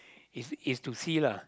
is is to see lah